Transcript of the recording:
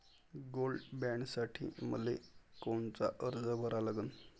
Gold बॉण्डसाठी मले कोनचा अर्ज भरा लागन?